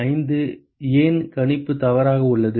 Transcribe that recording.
5 ஏன் கணிப்பு தவறாக உள்ளது